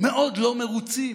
מאוד לא מרוצים.